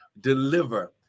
deliver